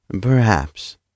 Perhaps